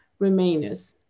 Remainers